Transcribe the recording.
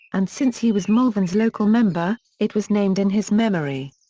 and since he was malvern's local member, it was named in his memory.